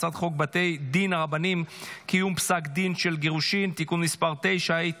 הצעת חוק בתי דין רבניים (קיום פסק דין של גירושין) (תיקון מס' 9),